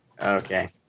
Okay